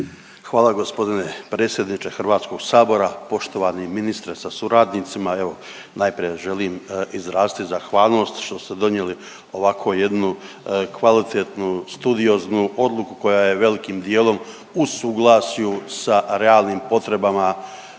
Hvala g. predsjedniče HS, poštovani ministre sa suradnicima. Evo najprije vam želim izraziti zahvalnost što ste donijeli ovako jednu kvalitetnu studioznu odluku koja je velikim dijelom u suglasju sa realnim potrebama ljudi sa